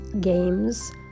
games